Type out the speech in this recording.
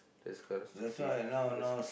that's quite stupid